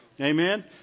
Amen